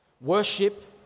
Worship